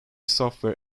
software